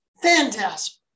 Fantastic